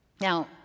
Now